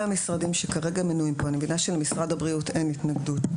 המשרדים שכרגע מנויים פה אני מבינה שלמשרד הבריאות אין התנגדות,